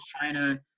china